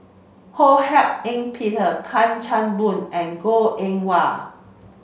Ho Hak Ean Peter Tan Chan Boon and Goh Eng Wah